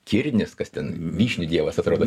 kirnis kas ten vyšnių dievas atrodo